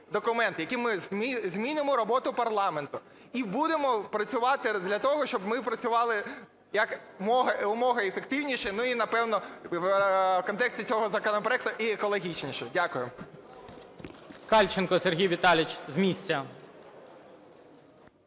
документ, яким ми змінимо роботу парламенту. І будемо працювати для того, щоб ми працювали якомога ефективніше, ну, і напевно, в контексті цього законопроекту, і екологічніше. Дякую.